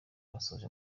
basoje